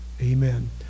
amen